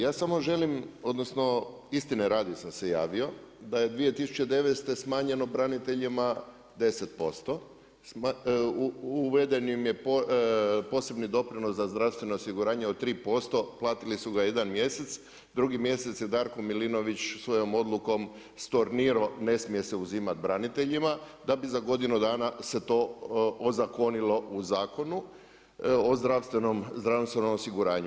Ja samo želim, odnosno istine radi sam se javio da je 2009. smanjeno braniteljima 10%, uveden im je posebni doprinos za zdravstveno osiguranje od 3%, platili su ga jedan mjesec, drugi mjesec je Darko Milinović svojom odlukom stornirao, ne smije se uzimati braniteljima, da bi za godinu dana se to ozakonilo u Zakonu o zdravstvenom osiguranju.